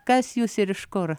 kas jus ir iš kur